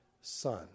son